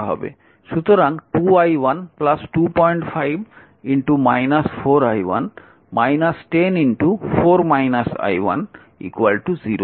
সুতরাং 2i1 25 10 0